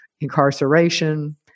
incarceration